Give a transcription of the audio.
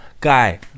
guy